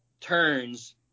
turns